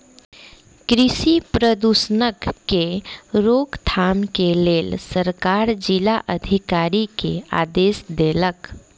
कृषि प्रदूषणक के रोकथाम के लेल सरकार जिला अधिकारी के आदेश देलक